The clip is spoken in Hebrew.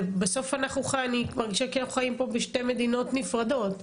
ובסוף אני מרגישה כאילו אנחנו חיים פה בשתי מדינות נפרדות.